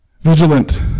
Vigilant